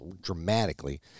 dramatically